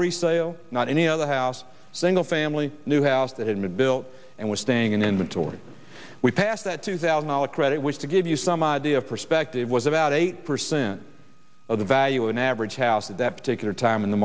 a resale not any other house single family new house that had been built and was staying in inventory we passed that two thousand dollars credit was to give you some idea of perspective was about eight percent of the value of an average house at that particular time in the